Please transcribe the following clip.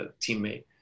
teammate